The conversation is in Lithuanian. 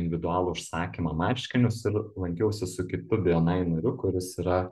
individualų užsakymą marškinius ir lankiausi su kitu bni nariu kuris yra